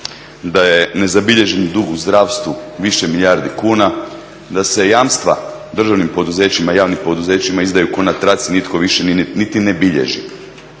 da je nezabilježen dug u zdravstvu više milijardi kuna, da se jamstva državnim poduzećima javnim poduzećima izdaju kao na traci, nitko više niti ne bilježi.